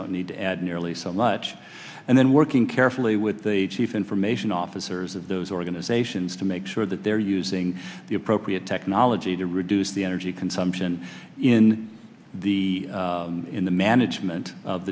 need to add nearly so much and then working carefully with the chief information officers of those organizations to make sure that they're using the appropriate technology to reduce the energy consumption in the in the management of